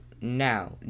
now